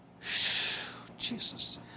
Jesus